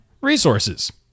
resources